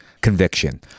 conviction